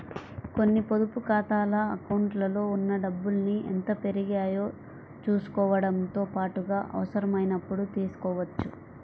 కొన్ని పొదుపు ఖాతాల అకౌంట్లలో ఉన్న డబ్బుల్ని ఎంత పెరిగాయో చూసుకోవడంతో పాటుగా అవసరమైనప్పుడు తీసుకోవచ్చు